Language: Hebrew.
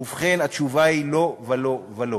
ובכן, התשובה היא: לא ולא ולא.